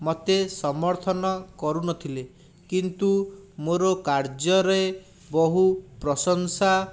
ମୋତେ ସମର୍ଥନ କରୁନଥିଲେ କିନ୍ତୁ ମୋର କାର୍ଯ୍ୟରେ ବୋହୁ ପ୍ରଶଂସା